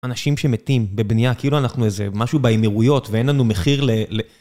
אנשים שמתים בבנייה, כאילו אנחנו איזה, משהו באימירויות, ואין לנו מחיר ל...